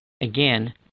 Again